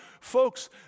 Folks